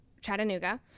Chattanooga